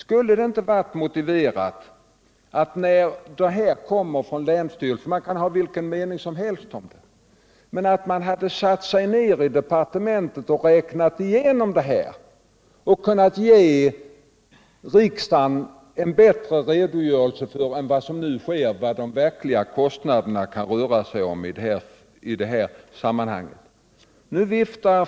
Skulle det inte ha varit motiverat att man i departementet när de här beräkningarna kom från länsstyrelsen — oavsett vilken mening man har om dem -— satt sig ned och räknat igenom det och kunnat ge riksdagen en bättre redogörelse än vad som nu sker för vilka de verkliga kostnaderna i detta sammanhang är?